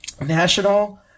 National